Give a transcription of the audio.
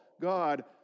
God